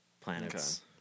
planets